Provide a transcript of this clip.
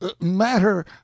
matter